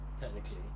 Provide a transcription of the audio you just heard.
technically